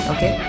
Okay